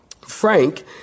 Frank